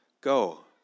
Go